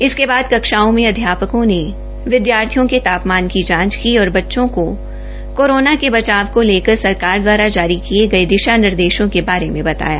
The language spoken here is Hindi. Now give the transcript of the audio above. इसके बाद कक्षाओं में अध्यापकों ने विदयार्थियों के तापमान की जांच की और बच्चों को कोरोना के बचाव के लेकर सरकार दवारा जारी यिके दिशा निर्देशों के बारे में बताया